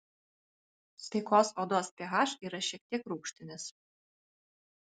sveikos odos ph yra šiek tiek rūgštinis